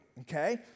okay